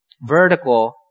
Vertical